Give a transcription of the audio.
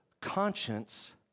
Conscience